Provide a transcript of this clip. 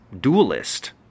dualist